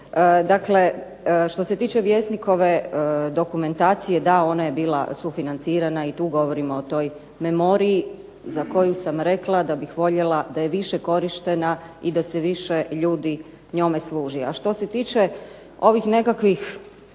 što se tiče vjesnikove dokumentacije, da ona je bila sufinancirana i tu govorimo o toj memoriji za koju sam rekla da bih voljela da je više korištena i da se više ljudi njome služi.